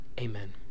Amen